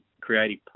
creative